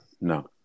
no